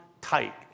tight